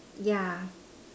yeah